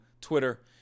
Twitter